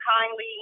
kindly